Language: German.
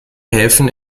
häfen